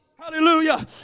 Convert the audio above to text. hallelujah